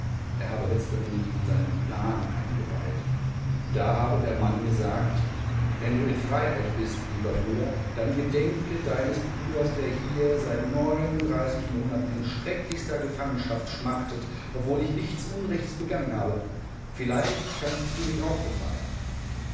er habe letzteren in seinen plan eingeweiht da habe der mann gesagt wenn du in freiheit bist lieber bruder dann gedenke deines bruders der hier seit monaten in schrecklichster gefangenschaft schmachtet obwohl ich nichts unrechtes begangen habe vielleicht kannst du mich auch befreien